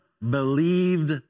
believed